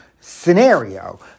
scenario